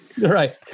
right